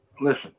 listen